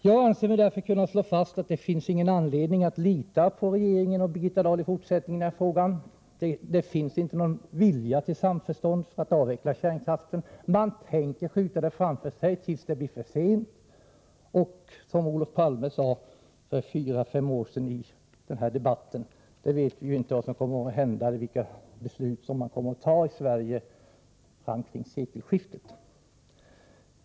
Jag anser mig därför kunna slå fast att det finns ingen anledning att lita på regeringen och Birgitta Dahl i fortsättningen i den här frågan. Det finns ingen vilja till samförstånd för att avveckla kärnkraften. Man tänker skjuta frågan om avvecklingen framför sig tills det blir för sent; som Olof Palme sade för fyra fem år sedan: Vi vet inte vad som kommer att hända, vilka beslut som man kommer att fatta i Sverige kring sekelskiftet.